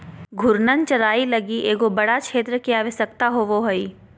घूर्णन चराई लगी एगो बड़ा क्षेत्र के आवश्यकता होवो हइ